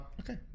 okay